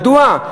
מדוע?